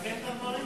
לתקן את הדברים?